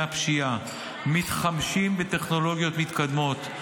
הפשיעה מתחמשים בטכנולוגיות מתקדמות,